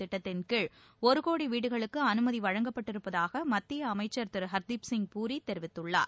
திட்டத்தின்கீழ் ஒரு கோடி வீடுகளுக்கு அனுமதி வழங்கப்பட்டிருப்பதாக மத்திய அமைச்சர் திரு ஹர்தீப் சிங் பூரி தெரிவித்துள்ளார்